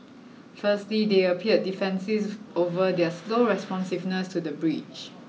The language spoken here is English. firstly they appeared defensive over their slow responsiveness to the breach